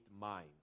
mind